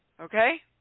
Okay